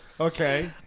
Okay